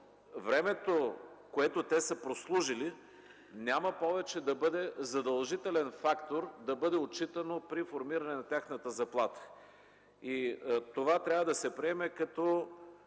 времето, което те са прослужили, няма повече да бъде задължителен фактор, да бъде отчитано при формиране на тяхната заплата. Това трябва да се приеме като